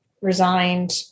resigned